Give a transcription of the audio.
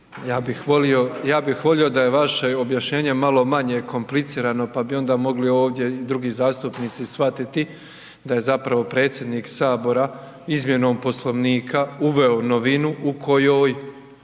Ja bih volio da je vaše objašnjenje malo maje komplicirano pa bi onda mogli ovdje i drugi zastupnici shvatiti da je zapravo predsjednik Sabora izmjenom Poslovnika uveo novinu u kojoj